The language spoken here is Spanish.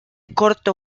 corto